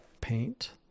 paint